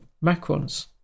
Macron's